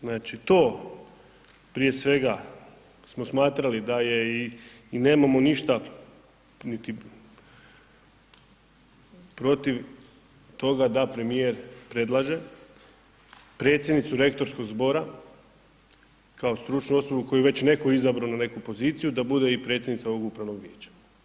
Znači to, prije svega smo smatrali da je, i nemamo ništa niti protiv toga da premijer predlaže predsjednicu rektorskog zbora kao stručnu osobu koju je već netko izabrao na neku poziciju da bude i predsjednica ovog upravnog vijeća.